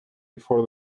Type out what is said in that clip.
before